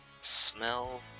smell